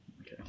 Okay